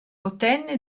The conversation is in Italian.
ottenne